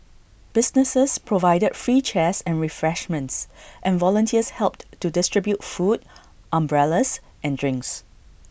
businesses provided free chairs and refreshments and volunteers helped to distribute food umbrellas and drinks